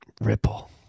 ripple